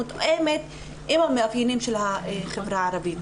מותאמת למאפיינים של החברה הערבית.